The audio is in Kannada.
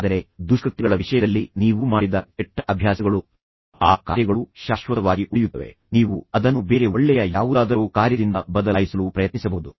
ಆದರೆ ದುಷ್ಕೃತ್ಯಗಳ ವಿಷಯದಲ್ಲಿ ನೀವು ಮಾಡಿದ ಕೆಟ್ಟ ಅಭ್ಯಾಸಗಳು ಆ ಕಾರ್ಯಗಳು ಶಾಶ್ವತವಾಗಿ ಉಳಿಯುತ್ತವೆ ನೀವು ಅದನ್ನು ಬೇರೆ ಒಳ್ಳೆಯ ಯಾವುದಾದರೊ ಕಾರ್ಯದಿಂದ ಬದಲಾಯಿಸಲು ಪ್ರಯತ್ನಿಸಬಹುದು